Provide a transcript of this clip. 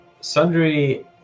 Sundry